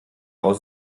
aus